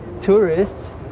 tourists